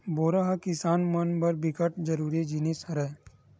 बोरा ह किसान मन बर बिकट जरूरी जिनिस हरय